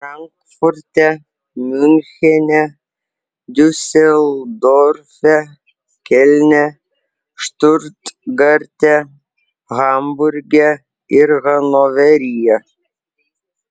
frankfurte miunchene diuseldorfe kelne štutgarte hamburge ir hanoveryje